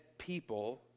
people